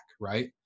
right